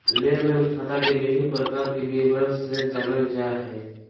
लेन देन खाता के विभिन्न प्रकार के विवरण से जानल जाय हइ